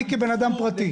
אני כאדם פרטי.